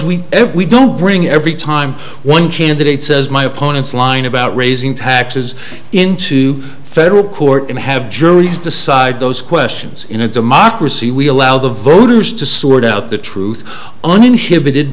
we don't bring every time one candidate says my opponent's line about raising taxes into federal court and have juries decide those questions in a democracy we allow the voters to sort out the truth uninhibited